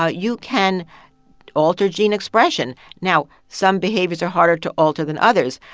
ah you can alter gene expression. now, some behaviors are harder to alter than others,